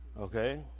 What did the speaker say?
Okay